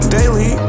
Daily